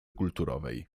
kulturowej